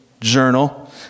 journal